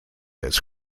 its